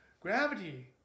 Gravity